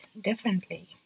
differently